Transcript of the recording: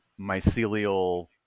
mycelial